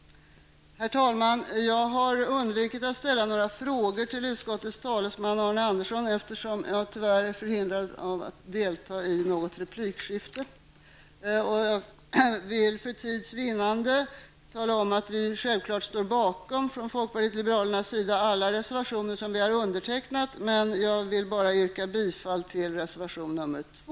Herr talman! Jag har undvikit att ställa några frågor till utskottets talesman, Arne Andersson, eftersom jag tyvärr är förhindrad att delta i något replikskifte. Jag vill för tids vinnande tala om att vi i folkpartiet liberalerna självklart står bakom alla reservationer som vi har undertecknat, men jag vill bara yrka bifall till reservation nr 2.